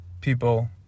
people